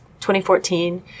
2014